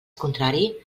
contrari